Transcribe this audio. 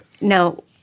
Now